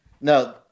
No